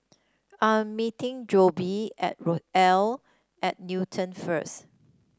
I'm meeting Jobe at Rochelle at Newton first